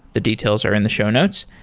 the details are in the show notes.